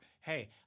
Hey